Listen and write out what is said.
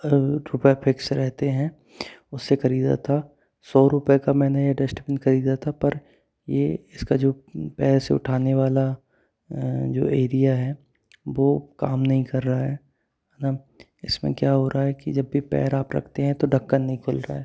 आठ रुपये फिक्स रहते है उससे खरीद था सौ रुपये का मैंने डस्ट्बिन खरीदा था पर ये इसका जो पैर से उठाने वाला जो ये दिया है वो काम नहीं कर रहा है इसमे क्या हो रहा है की जब भी पैर आप रखते है तो ढक्कन नहीं खुल रहा है